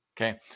Okay